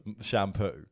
shampoo